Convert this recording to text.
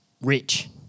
rich